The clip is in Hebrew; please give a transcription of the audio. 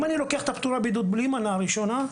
אם אני לוקח את פטורי הבידוד בלי מנה ראשונה,